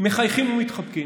מחייכים ומתחבקים.